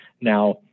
now